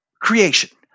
Creation